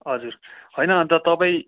हजुर होइन अन्त तपाईँ